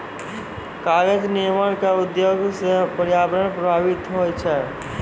कागज निर्माण क उद्योग सँ पर्यावरण प्रभावित होय छै